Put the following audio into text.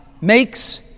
makes